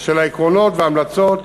של העקרונות וההמלצות,